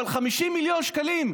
אבל 50 מיליון שקלים,